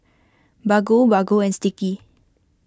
Baggu Baggu and Sticky